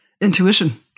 intuition